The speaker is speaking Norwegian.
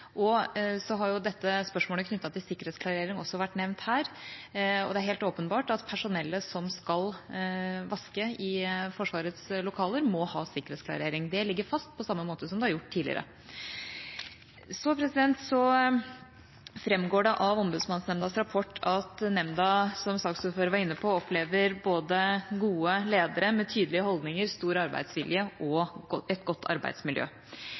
følges. Så har spørsmålet knyttet til sikkerhetsklarering også vært nevnt her. Det er helt åpenbart at personellet som skal vaske i Forsvarets lokaler, må ha sikkerhetsklarering. Det ligger fast, på samme måte som det har gjort tidligere. Det framgår av Ombudsmannsnemndas rapport at nemnda – som saksordføreren var inne på – opplever både gode ledere, med tydelige holdninger og stor arbeidsvilje, og et godt arbeidsmiljø.